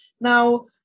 Now